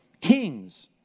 Kings